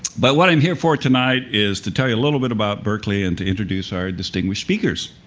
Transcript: but what i'm here for tonight is to tell you a little bit about berkeley and to introduce our distinguished speakers.